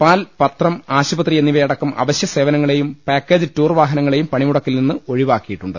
പാൽ പത്രം ആശുപത്രി എന്നിവയടക്കം അവശ്യസേവന ങ്ങളെയും പാക്കേജ് ടൂർ വാഹനങ്ങളെയും പണിമുടക്കിൽ നിന്ന് ഒഴിവാക്കിയിട്ടുണ്ട്